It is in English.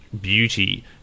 beauty